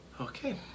Okay